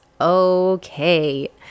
okay